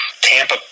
Tampa